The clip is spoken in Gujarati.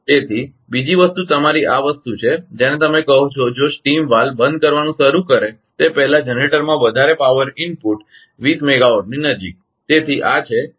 તેથી બીજી વસ્તુ તમારી આ વસ્તુ છે જેને તમે કહો છો જો સ્ટીમ વાલ્વ બંધ કરવાનું શરૂ કરે તે પહેલાં જનરેટરમાં વધારે પાવર ઇનપુટ 20 મેગાવાટ ની નજીક